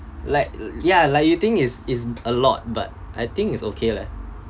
like ya like you think is is a lot but I think it's okay leh